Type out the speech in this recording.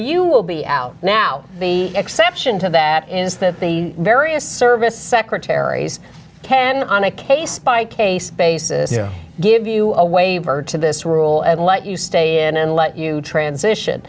you will be out now the exception to that is that the various service secretaries can on a case by case basis give you a waiver to this rule and let you stay in and let you transition